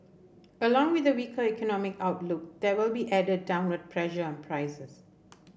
along with the weaker economic outlook there will be added downward pressure on prices